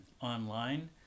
online